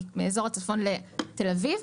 מאזור הצפון לתל אביב,